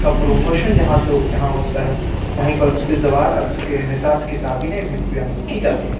کا پروموشن جہاں سے جہاں ہوتا ہے وہیں پر اس کے زوال اور اس کے انحطاط کی تعبیریں بھی بیان کی جاتی ہیں